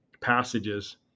passages